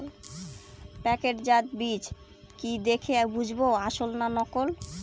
প্যাকেটজাত বীজ কি দেখে বুঝব আসল না নকল?